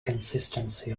consistency